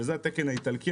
זה התקן האיטלקי,